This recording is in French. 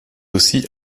aussi